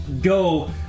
go